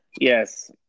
yes